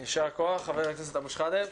יישר כוח, חבר הכנסת אבו שחאדה.